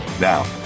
now